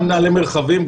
גם מנהלי מרחבים,